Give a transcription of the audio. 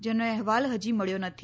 જેનો અહેવાલ હજી મળ્યો નથી